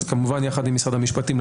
כמובן יחד עם משרד המשפטים,